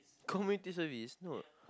community service no